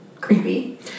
creepy